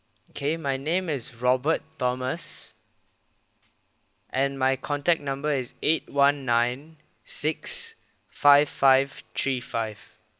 K my name as robert thomas and my contact number is eight one nine six five five three five